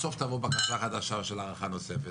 בסוף תבוא בקשה חדשה של הארכה נוספת,